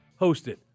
hosted